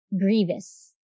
grievous